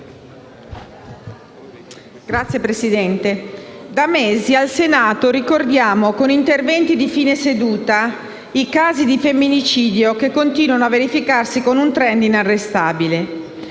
Signora Presidente, da mesi al Senato ricordiamo con interventi di fine seduta i casi di femminicidio che continuano a verificarsi con un *trend* inarrestabile.